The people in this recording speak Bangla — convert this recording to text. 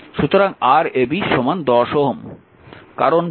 সুতরাং Rab 10 Ω